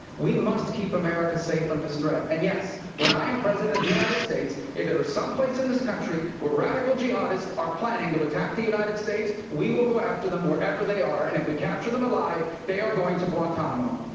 we must keep america safe from this threat. and yes, when i am president of the united states, if there is some place in this country where radical jihadists are planning to attack the united states, we will go after them wherever they are, and if we capture them alive, they are going to guantanamo.